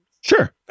Sure